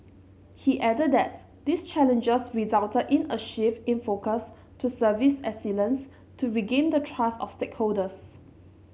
he added that these challenges resulted in a shift in focus to service excellence to regain the trust of stakeholders